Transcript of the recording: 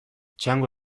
txango